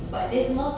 mm